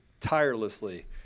tirelessly